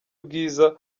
bwiza